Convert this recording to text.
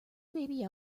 baby